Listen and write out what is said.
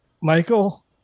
Michael